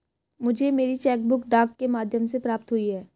मुझे मेरी cheque book डाक के माध्यम से प्राप्त हुई है